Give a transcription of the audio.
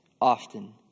often